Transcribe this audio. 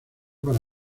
para